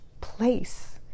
place